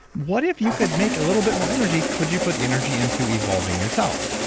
what if you could make a little bit more energy, could you put the energy into evolving yourself?